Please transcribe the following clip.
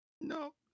No